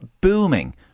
booming